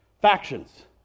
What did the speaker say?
factions